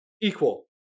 equal